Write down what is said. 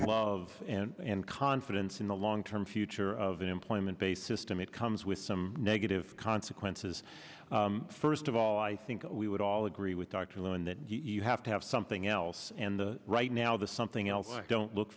love and confidence in the long term future of employment based system it comes with some negative consequences first of all i think we would all agree with dr lewin that you have to have something else and the right now the something else don't look